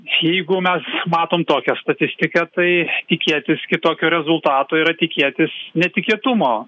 jeigu mes matom tokią statistiką tai tikėtis kitokio rezultato yra tikėtis netikėtumo